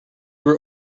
were